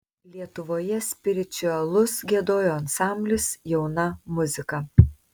lietuvoje spiričiuelus giedojo ansamblis jauna muzika